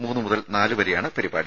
മൂന്നുമുതൽ നാലുവരെയാണ് പരിപാടി